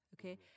okay